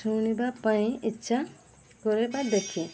ଶୁଣିବା ପାଇଁ ଇଚ୍ଛା କରିବା ବା ଦେଖେ